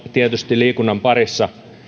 tietysti liikunnan parissa